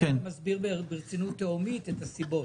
שתחייך מתי שאתה מסביר ברצינות תהומית את הסיבות.